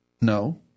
No